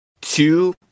two